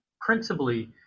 Principally